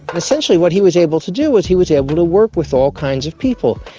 essentially what he was able to do was he was able to work with all kinds of people.